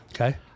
Okay